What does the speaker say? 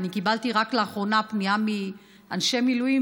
אני קיבלתי רק לאחרונה פנייה מאנשי מילואים